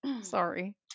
Sorry